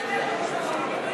סליחה,